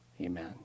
Amen